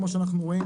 כמו שאנחנו רואים,